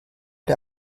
der